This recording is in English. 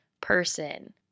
person